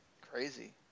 crazy